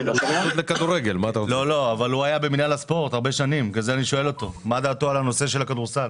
על הנושא של הכדורסל